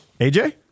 AJ